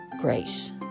Grace